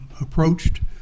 approached